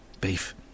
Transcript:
Beef